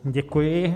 Děkuji.